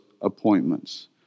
appointments